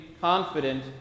confident